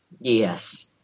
Yes